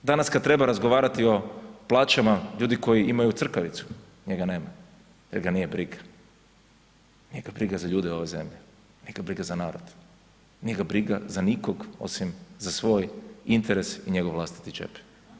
Danas kad treba razgovarati o plaćama ljudi koji imaju crkavicu, njega nema jer ga nije briga, nije ga briga za ljude ove zemlje, nije ga briga za narod, nije ga briga za nikog osim za svoj interes i njegov vlastiti džep.